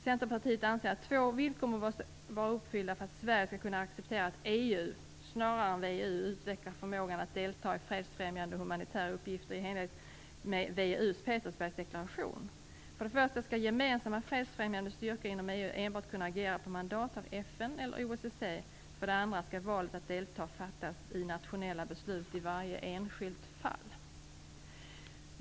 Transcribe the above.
Centerpartiet anser att två villkor måste vara uppfyllda för att Sverige skall kunna acceptera att EU, snarare än VEU, utvecklar förmågan att delta i fredsfrämjande och humanitära uppgifter i enlighet med VEU:s Petersbergsdeklaration. För det första skall gemensamma fredsfrämjande styrkor inom EU enbart kunna agera på mandat av FN eller OSSE. För det andra skall valet att delta göras med nationella beslut i varje enskilt fall.